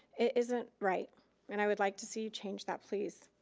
isn't right and i would like to see you change that please.